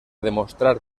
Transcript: demostrar